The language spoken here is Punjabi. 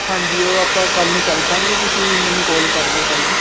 ਹਾਂਜੀ ਉਹ ਆਪਾਂ ਕੱਲ੍ਹ ਨੂੰ ਚੱਲ ਪਾਂਗੇ ਤੁਸੀਂ ਮੈਨੂੰ ਕਾਲ ਕਰ ਲਿਓ ਕੱਲ੍ਹ ਨੂੰ